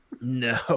No